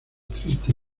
triste